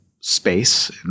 space